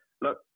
look